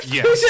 Yes